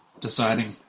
Deciding